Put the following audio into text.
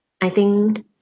I think